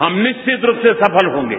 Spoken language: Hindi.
हम निश्चित रूप से सफल होंगे